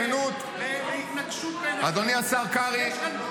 בכנות --- אתה הופך את זה להתנגשות בין אחים.